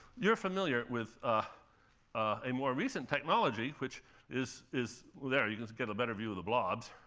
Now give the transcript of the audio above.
you're familiar with ah a more recent technology, which is is there, you can get a better view of the blobs.